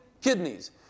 kidneys